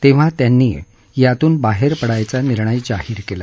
तेव्हा त्यांनी यातून बाहेर पडण्याचा निर्णय जाहीर केला